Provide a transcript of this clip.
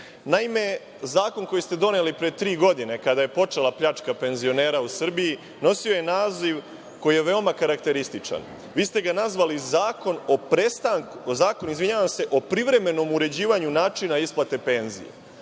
red. Naime, zakon koji ste doneli pre tri godine, kada je počela pljačka penzionera u Srbiji, nosio je naziv koji je veoma karakterističan. Vi ste ga nazvali Zakon o privremenom uređivanju načina isplate penzija.